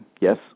yes